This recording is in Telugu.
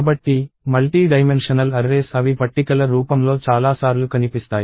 కాబట్టి మల్టీ డైమెన్షనల్ arrays అవి పట్టికల రూపంలో చాలాసార్లు కనిపిస్తాయి